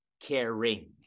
caring